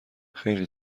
خیلی